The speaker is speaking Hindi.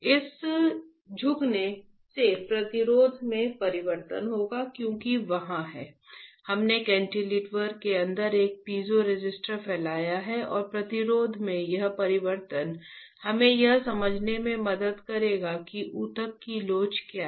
इस झुकने से प्रतिरोध में परिवर्तन होगा क्योंकि वहाँ है हमने कैंटिलीवर के अंदर एक पीज़ोरेसिस्टर फैलाया है और प्रतिरोध में यह परिवर्तन हमें यह समझने में मदद करेगा कि ऊतक की लोच क्या है